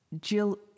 Jill